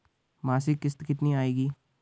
मासिक किश्त कितनी आएगी?